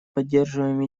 поддерживаем